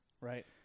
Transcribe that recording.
right